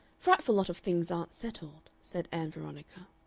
frightful lot of things aren't settled, said ann veronica.